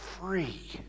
free